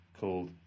called